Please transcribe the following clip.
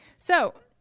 so,